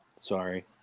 Sorry